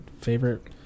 favorite